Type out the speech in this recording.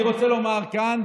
אני רוצה לומר כאן,